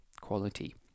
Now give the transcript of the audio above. quality